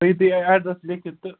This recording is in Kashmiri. تھٲوِو تُہۍ ایڈرَس لیٚکھِتھ تہٕ